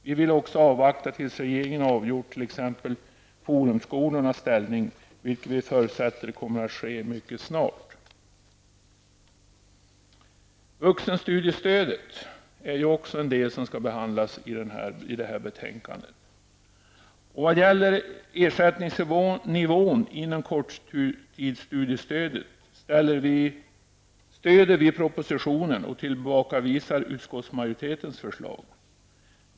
Vi vill också avvakta tills regeringen t.ex. avgjort Forumskolornas ställning, vilket vi förutsätter kommer att ske mycket snart. Vuxenstudiestödet behandlas även i detta betänkandet. När det gäller ersättningsnivån inom korttidsstudiestödet stöder vi propositionen och tillbakavisar utskottsmajoritetens förslag.